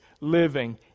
living